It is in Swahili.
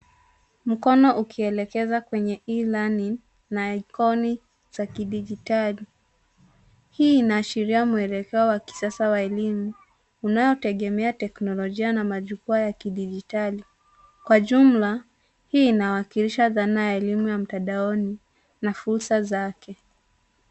Mkono ukielekeza kwenye E-learning na ikoni za kidijitali. Hii inaashiria mwelekeo wa kisasa wa elimu unaotegemea teknolojia na majukwaa ya kidijitali. Kwa jumla, hii inawakilisha dhana ya elimu ya mtandaoni na fursa zake.